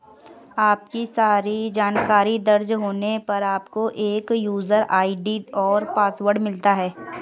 आपकी सारी जानकारी दर्ज होने पर, आपको एक यूजर आई.डी और पासवर्ड मिलता है